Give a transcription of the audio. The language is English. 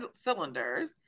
cylinders